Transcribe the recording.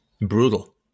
brutal